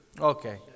Okay